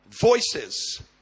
Voices